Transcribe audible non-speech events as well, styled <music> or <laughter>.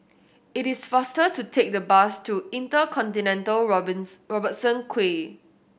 it is faster to take the bus to InterContinental <unintelligible> Robertson Quay